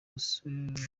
gusubirayo